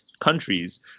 countries